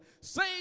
say